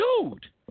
Dude